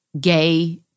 gay